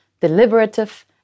deliberative